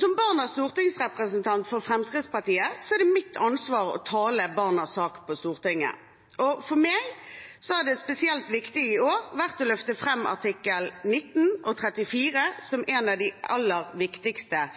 Som barnas stortingsrepresentant for Fremskrittspartiet er det mitt ansvar å tale barnas sak på Stortinget, og for meg har det spesielt viktige i år vært å løfte fram artikkel 19 og 34 som noen av de aller viktigste